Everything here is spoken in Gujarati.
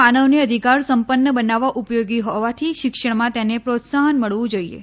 માનવને અધિકાર સંપન્ન બનાવવા ઉપયોગી હોવાથી શિક્ષણમાં તેને પ્રોત્સાહન મળવું જોઈએ